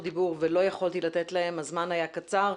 הדיבור ולא יכולתי לתת להם אבל הזמן היה קצר.